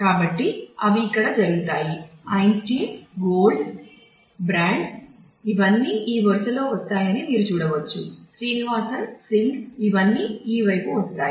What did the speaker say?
కాబట్టి అవి ఇక్కడ జరుగుతాయి